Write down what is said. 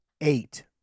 Eight